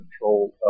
control